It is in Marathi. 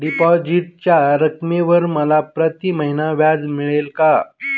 डिपॉझिटच्या रकमेवर मला प्रतिमहिना व्याज मिळेल का?